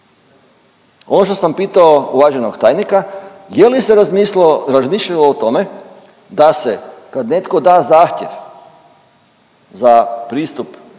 Ono što sam pitao uvaženog tajnika je li se razmislilo, razmišljalo o tome da se kad netko da zahtjev za pristup